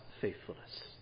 faithfulness